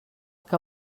que